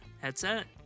headset